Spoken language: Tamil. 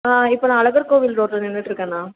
ஆ இப்போ நான் அழகர் கோயில் ரோட்டில் நின்றுக்கிட்ருக்கேண்ணா